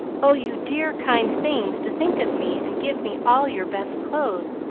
oh, you dear, kind things, to think of me and give me all your best clothes!